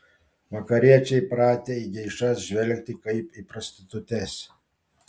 vakariečiai pratę į geišas žvelgti kaip į prostitutes